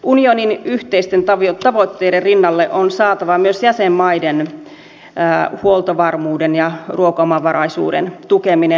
unionin yhteisten tavoitteiden rinnalle on saatava myös jäsenmaiden huoltovarmuuden ja ruokaomavaraisuuden tukeminen